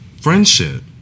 friendship